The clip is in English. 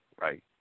right